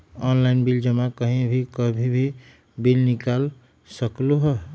Online bill जमा कहीं भी कभी भी बिल निकाल सकलहु ह?